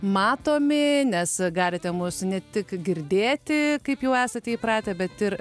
matomi nes galite mus ne tik girdėti kaip jau esate įpratę bet ir